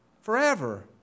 Forever